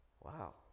Wow